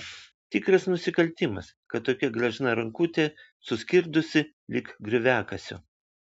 tikras nusikaltimas kad tokia gležna rankutė suskirdusi lyg grioviakasio